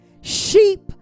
sheep